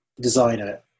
designer